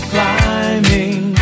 Climbing